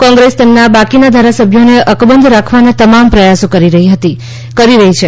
કોંગ્રેસ તેમના બાકીનાધારાસભ્યોને અકબંધ રાખવાના તમામ પ્રયાસો કરી રહી છે